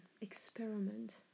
experiment